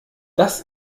das